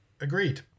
Agreed